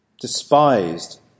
despised